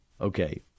Okay